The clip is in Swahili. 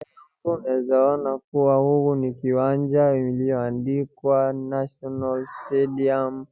Mbele yangu naeza ona kuwa huu ni kiwanja iliyoandikwa national stadium ,